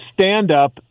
stand-up